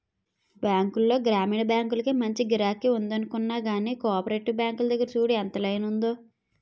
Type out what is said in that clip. బాంకుల్లో గ్రామీణ బాంకులకే మంచి గిరాకి ఉందనుకున్నా గానీ, కోపరేటివ్ బాంకుల దగ్గర చూడు ఎంత లైనుందో?